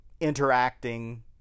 interacting